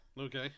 Okay